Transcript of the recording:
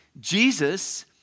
Jesus